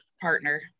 partner